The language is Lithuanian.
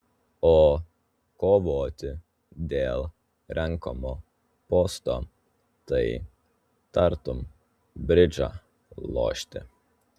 o kovoti dėl renkamo posto tai tartum bridžą lošti